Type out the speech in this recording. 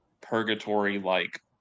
purgatory-like